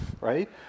right